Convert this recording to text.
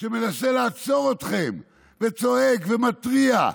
שמנסה לעצור אתכם וצועק ומתריע.